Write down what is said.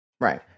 Right